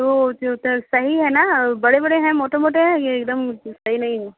तो जो होता है सही हैना बड़े बड़े है मोटे मोटे है या एकदम सही नहीं है